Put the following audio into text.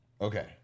Okay